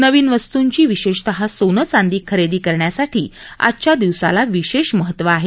नवीन वस्तूंची विशेषतः सोनं चांदी खरेदी करण्यासाठी आजच्या दिवसाला विशेष महत्व आहे